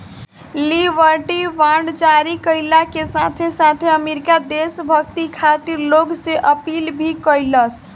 liberty bond जारी कईला के साथे साथे अमेरिका देशभक्ति खातिर लोग से अपील भी कईलस